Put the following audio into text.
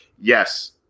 yes